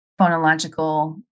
phonological